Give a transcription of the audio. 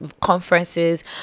conferences